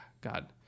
God